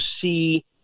see